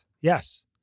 Yes